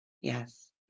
Yes